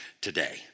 today